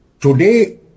today